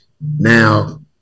Now